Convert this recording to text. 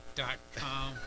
dot-com